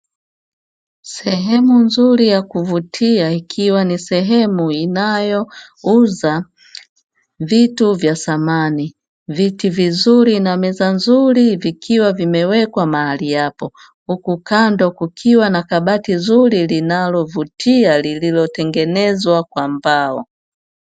Sehemu nzuri ya kuvutia ikiwa ni sehemu inayouza vitu vya samani. Viti vizuri na meza nzuri vikiwa vimewekwa mahali hapo. Huku kando kukiwa na kabati zuri linalovutia lililotengenezwa kwa mbao.